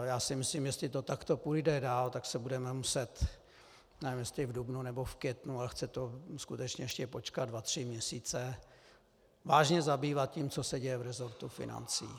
Já si myslím, jestli to takto půjde dál, tak se budeme muset nevím, jestli v dubnu, nebo v květnu, ale chce to skutečně ještě počkat dva tři měsíce vážně zabývat tím, co se děje v resortu financí.